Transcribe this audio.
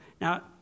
Now